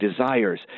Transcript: desires